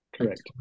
correct